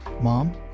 mom